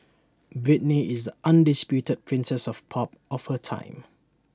Britney is the undisputed princess of pop of her time